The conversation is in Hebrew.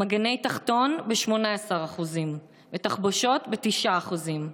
מגיני תחתון, ב-18% ותחבושות, ב-9%.